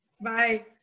Bye